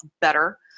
better